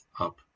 up